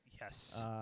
Yes